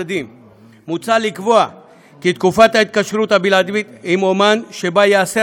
מוצע לקבוע חזקה כי תקופת ההתקשרות הבלעדית עם אמן כאמור אינה